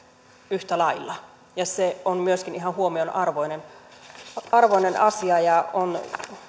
yhtä lailla se on myöskin ihan huomionarvoinen asia ja sillä on